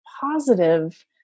positive